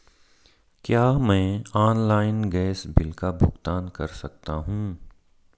क्या मैं online gas bill का भुगतान कर सकता हूँ?